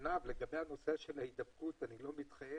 לגבי הנושא של ההידבקות אני לא מתחייב,